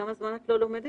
כמה זמן את לא לומדת?